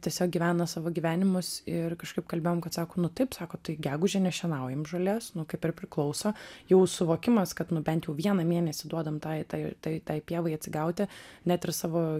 tiesiog gyvena savo gyvenimus ir kažkaip kalbėjom kad sako nu taip sako tai gegužę nešienaujam žolės kaip ir priklauso jau suvokimas kad nu bent jau vieną mėnesį duodam tai tai tai tai pievai atsigauti net ir savo